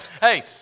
hey